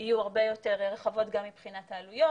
יהיו הרבה יותר רחבות גם מבחינת העלויות.